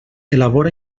elabora